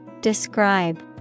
Describe